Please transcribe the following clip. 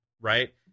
right